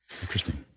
Interesting